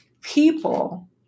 people